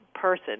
person